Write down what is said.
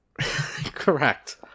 Correct